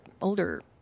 older